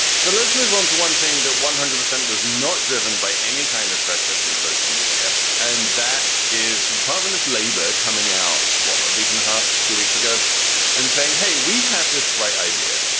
so let's move on to one thing. that one hundred percent was not driven by any kind of pressure from social media. and that is the department of labor. coming out what we can huff. two weeks ago and saying, hey, we have this bright idea.